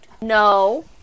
No